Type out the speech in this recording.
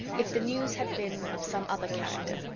if the news had been of some other character,